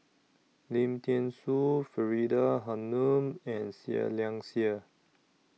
Lim Thean Soo Faridah Hanum and Seah Liang Seah